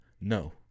no